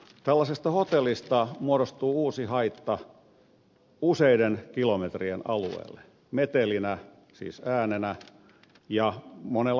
tällaisesta hotellista muodostuu uusi haitta useiden kilometrien alueelle metelinä siis äänenä ja monella muulla tavalla